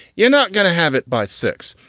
you're not gonna have it by six